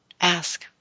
ask